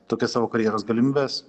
tokias savo karjeros galimybes